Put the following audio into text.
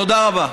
תודה רבה.